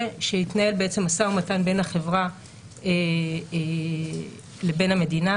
שיתנהל משא ומתן בין החברה לבין המדינה,